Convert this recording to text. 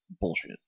Bullshit